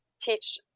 teach